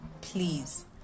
please